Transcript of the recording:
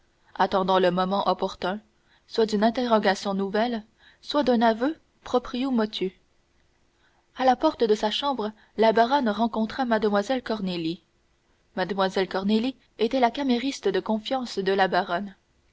attendant le moment opportun soit d'une interrogation nouvelle soit d'un aveu proprio motu à la porte de sa chambre la baronne rencontra mlle cornélie mlle cornélie était la camériste de confiance de la baronne